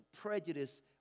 prejudice